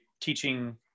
teaching